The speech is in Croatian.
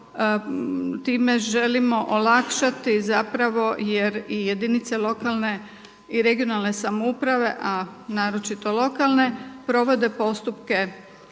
time želimo olakšati jer jedinice lokalne i regionalne samouprave, a naročito lokalne provode postupke